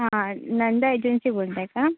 हां हां नंदा एजन्सी बोलताय का